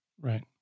Right